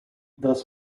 thus